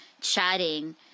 chatting